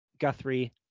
Guthrie